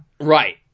Right